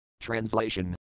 Translation